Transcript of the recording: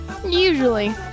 Usually